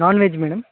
non veg madam